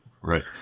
Right